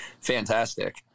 fantastic